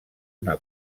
una